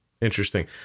Interesting